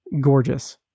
gorgeous